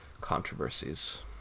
controversies